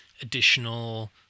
additional